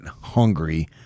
hungry